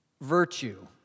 Virtue